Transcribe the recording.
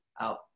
out